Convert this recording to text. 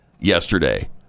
yesterday